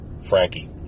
Frankie